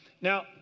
Now